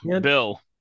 Bill